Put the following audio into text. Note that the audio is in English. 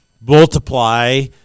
multiply